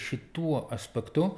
šituo aspektu